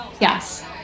yes